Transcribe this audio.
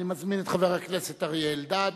אני מזמין את חבר הכנסת אריה אלדד.